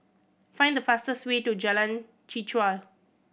find the fastest way to Jalan Chichau